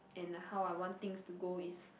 and how I want things to go is